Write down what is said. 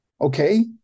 Okay